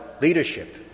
leadership